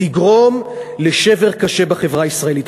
תגרום לשבר קשה בחברה הישראלית.